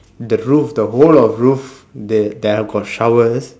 the roof the whole of roof the~ they have got showers